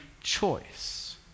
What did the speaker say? choice